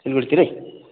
सिलगढीतिरै